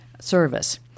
service